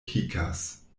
pikas